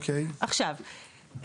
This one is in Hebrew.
עכשיו,